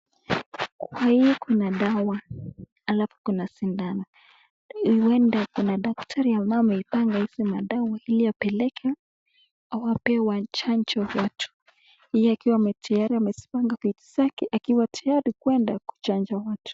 Kwa hii kuna dawa alafu kuna sindano. Uenda kuna daktari ambaye ameipanga hizi madawa ili apeleke awape chanjo watu. Ili akiwa amepanga vitu vyake akiwa tayari kuenda kuchanja watu.